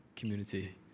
Community